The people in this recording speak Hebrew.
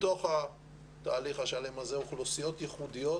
בתוך התהליך השלם הזה, אוכלוסיות ייחודיות